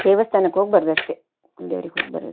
ದೇವಸ್ಥಾನಕ್ಕೆ ಹೋಗ್ಬರ್ದು ಅಷ್ಟೆ ಕುಲ್ದೇವ್ರಿಗೆ ಹೋಗ್ಬರೋದು